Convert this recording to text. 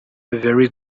very